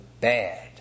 bad